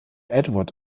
edward